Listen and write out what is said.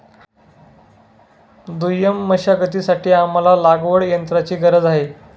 दुय्यम मशागतीसाठी आम्हाला लागवडयंत्राची गरज आहे